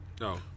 No